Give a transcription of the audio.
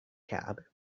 cab